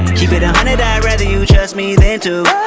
keep it a hundred, i'd rather you trust me than to